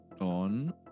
on